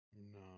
No